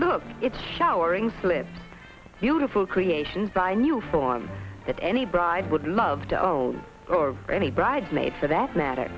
look it's showering slid beautiful creations by a new form that any bride would love the old or any bridesmaid for that matter